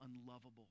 unlovable